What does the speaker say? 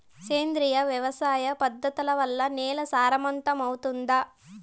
సేంద్రియ వ్యవసాయ పద్ధతుల వల్ల, నేల సారవంతమౌతుందా?